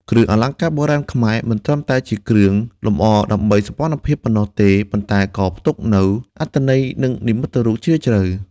គ្រឿងអលង្ការបុរាណខ្មែរមិនត្រឹមតែជាគ្រឿងលម្អដើម្បីសោភ័ណភាពប៉ុណ្ណោះទេ ប៉ុន្តែក៏ផ្ទុកនូវ អត្ថន័យ និងនិមិត្តរូបជ្រាលជ្រៅ។